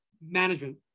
management